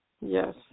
Yes